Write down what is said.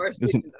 listen